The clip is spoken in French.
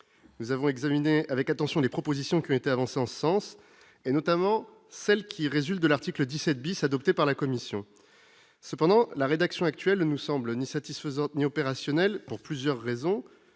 Nous avons examiné avec attention les propositions qui ont été avancées en ce sens, notamment celles qui résultent de l'article 17 adopté par la commission. Cependant, sa rédaction ne nous semble ni satisfaisante ni opérationnelle, pour plusieurs raisons,